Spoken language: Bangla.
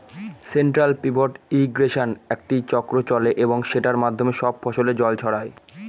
সেন্ট্রাল পিভট ইর্রিগেশনে একটি চক্র চলে এবং সেটার মাধ্যমে সব ফসলে জল ছড়ায়